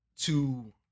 to-